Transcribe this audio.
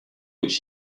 which